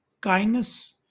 kindness